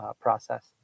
process